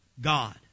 God